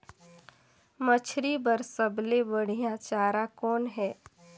मछरी बर सबले बढ़िया चारा कौन हे?